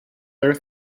their